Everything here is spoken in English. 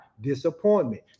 disappointment